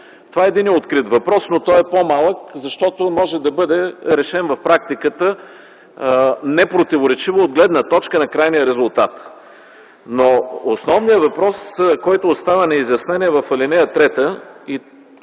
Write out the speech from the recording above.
Това е единият открит въпрос, но той е по-малък, защото може да бъде решен в практиката непротиворечиво от гледна точка на крайния резултат. Основният въпрос, който остава неизяснен, е в ал. 3